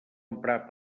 emprar